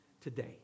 today